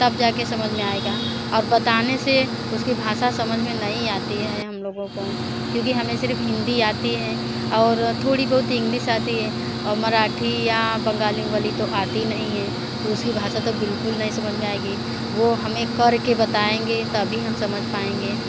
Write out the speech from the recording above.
तब जा के समझ में आएगा और बताने से उसकी भाषा समझ में नहीं आती है हम लोगों को क्योंकि हमें सिर्फ़ हिंदी आती है और थोड़ी बहुत इंग्लिस आती है और मराठी या बंगाली वंगाली तो आती नहीं हैं तो उसकी भाषा तो बिल्कुल नहीं समझ में आएगी वो हमें कर के बताएंगे तभी हम समझ पाएंगे